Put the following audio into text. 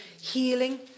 healing